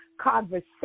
conversation